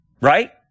right